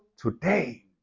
today